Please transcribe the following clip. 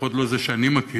לפחות לא זה שאני מכיר,